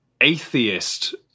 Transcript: atheist